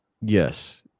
Yes